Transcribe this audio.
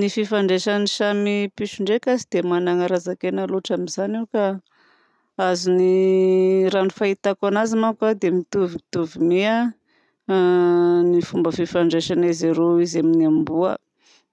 Ny fifandraisan'ny samy piso ndraika tsy dia magnana raha zakaina loatra. Fa azony raha ny fahitako anazy manko a dia mitovitovy mi a ny fomba fifandraisan'izy roa izy amin'ny amboa.